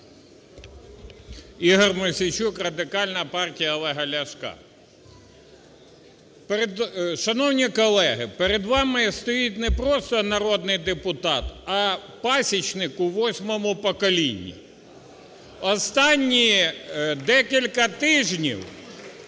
Ігор Мосійчук, Радикальна партія Олега Ляшка. Шановні колеги! Перед вами стоїть не просто народний депутат, а пасічник у восьмому поколінні. Останні декілька тижнів